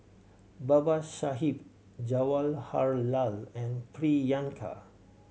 Babasaheb Jawaharlal and Priyanka